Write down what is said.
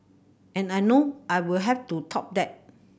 and I know I will have to top that